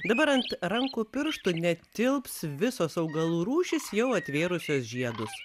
dabar ant rankų pirštų netilps visos augalų rūšys jau atvėrusios žiedus